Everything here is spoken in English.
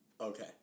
Okay